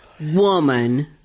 woman